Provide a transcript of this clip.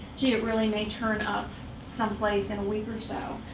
gee, it really may turn up someplace in a week or so?